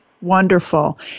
Wonderful